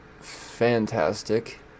fantastic